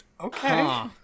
Okay